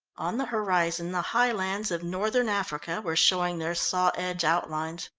on the horizon the high lands of northern africa were showing their saw-edge outlines.